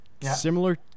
similar